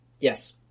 Yes